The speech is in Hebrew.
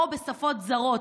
או בשפות זרות,